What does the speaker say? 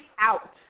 out